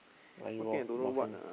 are you off marking